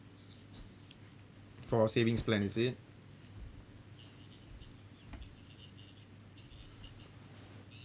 for savings plan is it